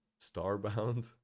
Starbound